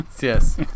Yes